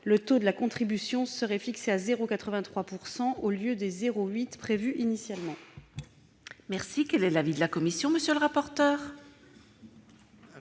le taux de la contribution serait fixé à 0,83 % au lieu des 0,8 % prévus initialement.